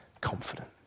confident